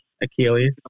Achilles